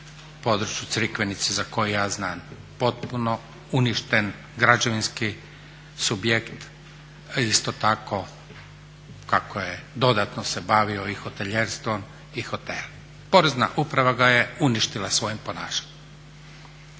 području Crikvenice za koji ja znam. Potpuno uništen građevinski subjekt, isto tako kako je dodatno se bavio i hotelijerstvom i hotel. Porezna uprava ga je uništila svojim ponašanjem.